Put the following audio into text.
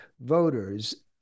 voters